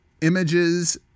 images